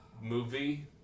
movie